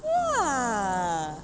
ya